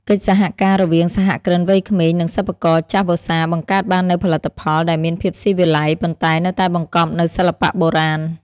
កិច្ចសហការរវាងសហគ្រិនវ័យក្មេង និងសិប្បករចាស់វស្សា បង្កើតបាននូវផលិតផលដែលមានភាពស៊ីវិល័យ ប៉ុន្តែនៅតែបង្កប់នូវសិល្បៈបុរាណ។